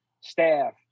staff